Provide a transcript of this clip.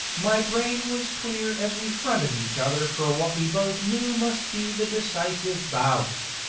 my brain was clear as we fronted each other for what we both knew must be the decisive bout.